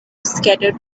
scattered